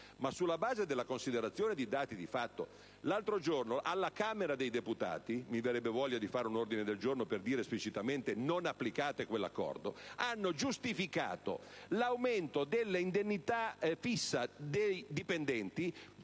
sulla base della considerazione di dati di fatto. L'altro giorno alla Camera dei deputati - mi verrebbe voglia di predisporre un ordine del giorno per dire esplicitamente di non applicare quell'accordo - hanno giustificato l'aumento dell'indennità fissa dei dipendenti